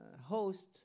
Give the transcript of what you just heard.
host